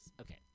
okay